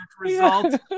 result